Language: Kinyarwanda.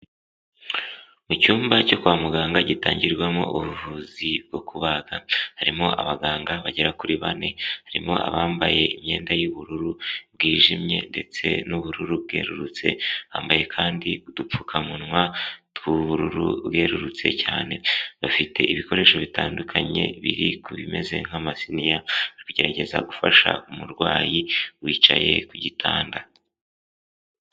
Mu cyumba cyo kwa muganga gitangirwamo ubuvuzi bwo kubaga, harimo abaganga bagera kuri bane. Harimo abambaye imyenda y'ubururu bwijimye ndetse n'ubururu bwerurutse, bambaye kandi udupfukamunwa tw'ubururu bwerurutse cyane. Bafite ibikoresho bitandukanye biri ku bimeze nk'amasiniya, bari kugerageza gufasha umurwayi wicaye ku gitanda.